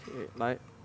来